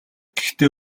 гэхдээ